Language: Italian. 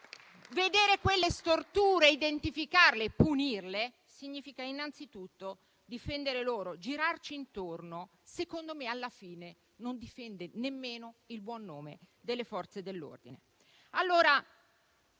Vedere quelle storture, identificarle e punirle significa innanzitutto difendere loro, mentre girarci intorno secondo me, alla fine, non difende nemmeno il buon nome delle Forze dell'ordine.